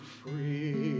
free